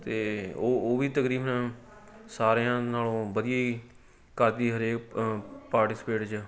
ਅਤੇ ਉਹ ਉਹ ਵੀ ਤਕਰੀਬਨ ਸਾਰਿਆਂ ਨਾਲੋਂ ਵਧੀਆ ਹੀ ਕਰਦੀ ਹਰੇਕ ਪਾਰਟੀਸਪੇਟ 'ਚ